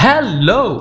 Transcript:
Hello